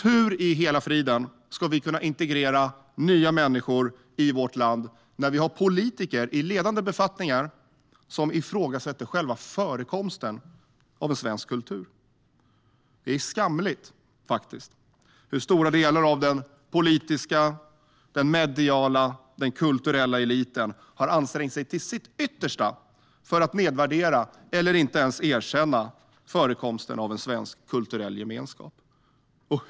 Hur i hela friden ska vi integrera nya människor i vårt land när det finns politiker i ledande befattningar som ifrågasätter själva förekomsten av en svensk kultur? Det är skamligt hur stora delar av den politiska, mediala och kulturella eliten har ansträngt sig till sitt yttersta för att nedvärdera eller inte ens erkänna förekomsten av en svensk kulturell gemenskap.